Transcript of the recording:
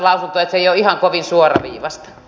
se ei ole ihan kovin suoraviivaista